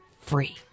free